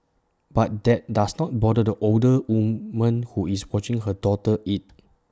but that does not bother the older woman who is watching her daughter eat